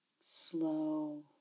Slow